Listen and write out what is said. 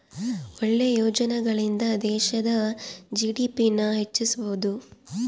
ಒಳ್ಳೆ ಯೋಜನೆಗಳಿಂದ ದೇಶದ ಜಿ.ಡಿ.ಪಿ ನ ಹೆಚ್ಚಿಸ್ಬೋದು